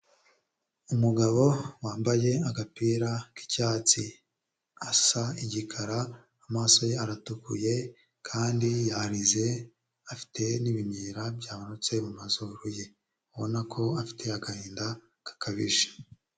Umugabo wambaye agapira k'icyatsi, asa igikara amaso ye aratukuye kandi yarize afite n'ibimwira byamanutse mu mazuru ye, ubona ko afite agahinda gakabije.